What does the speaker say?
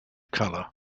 color